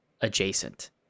adjacent